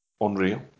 Unreal